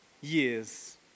years